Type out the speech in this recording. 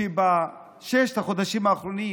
שבששת החודשים האחרונים